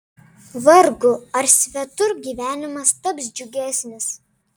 vargu ar svetur gyvenimas taps džiugesnis